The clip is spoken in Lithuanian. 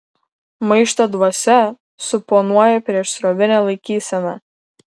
maišto dvasia suponuoja priešsrovinę laikyseną